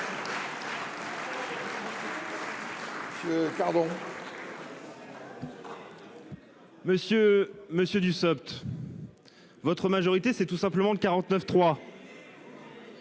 Monsieur, monsieur Dussopt. Votre majorité c'est tout simplement le 49 3.